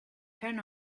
turn